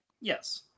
Yes